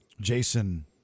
Jason